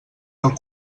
del